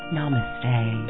Namaste